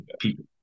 people